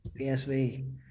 PSV